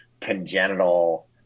congenital